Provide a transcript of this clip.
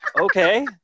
okay